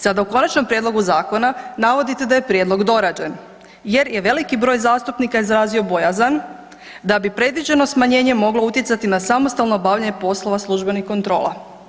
Sada u konačnom prijedlogu zakona navodite da je prijedlog dorađen jer je veliki broj zastupnika izrazio bojazan da bi predviđeno smanjenje moglo utjecati na samostalno obavljanje poslova službenih kontrola.